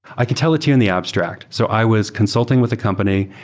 i can tell it to you in the abstract. so i was consulting with a company.